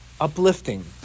uplifting